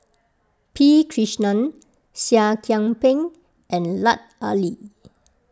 P Krishnan Seah Kian Peng and Lut Ali